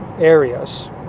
areas